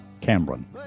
Cameron